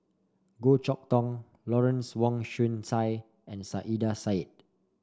Goh Chok Tong Lawrence Wong Shyun Tsai and Saiedah Said